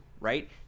right